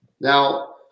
Now